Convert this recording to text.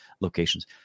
locations